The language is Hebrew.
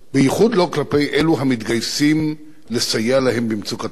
בייחוד לא כלפי אלו המתגייסים לסייע להם במצוקתם.